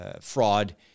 fraud